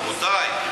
רבותי,